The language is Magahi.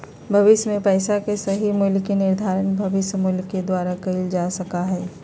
भविष्य में पैसा के सही मूल्य के निर्धारण भविष्य मूल्य के द्वारा कइल जा सका हई